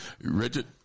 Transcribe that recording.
Richard